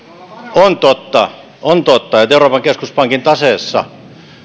on totta on totta että euroopan keskuspankin tase